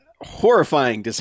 Horrifying